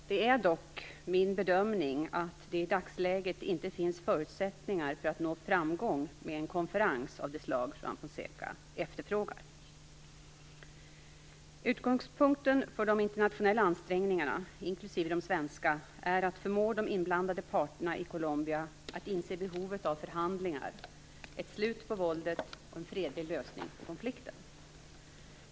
Det är dock min bedömning att det i dagsläget inte finns förutsättningar för att nå framgång med en konferens av det slag Juan Fonseca efterfrågar. Utgångspunkten för de internationella ansträngningarna, inklusive de svenska, är att förmå de inblandade parterna i Colombia att inse behovet av förhandlingar, ett slut på våldet och en fredlig lösning på konflikten.